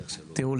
תראו,